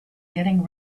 getting